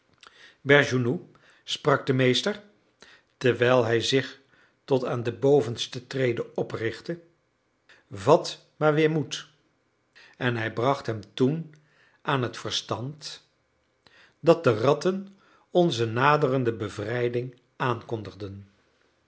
bergounhoux sprak de meester terwijl hij zich tot aan de bovenste trede oprichtte vat maar weer moed en hij bracht hem toen aan het verstand dat de ratten onze naderende bevrijding aankondigden